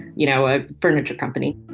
you know, a furniture company